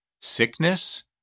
sickness